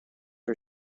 are